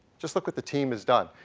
just look what the team has done.